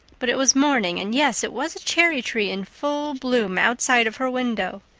but it was morning and, yes, it was a cherry-tree in full bloom outside of her window.